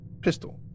pistol